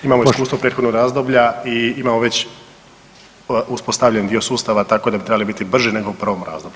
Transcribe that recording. Imamo iskustvo prethodnog razdoblja i imamo već uspostavljen dio sustava tako da bi trebali biti brži nego u prvom razdoblju.